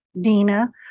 dina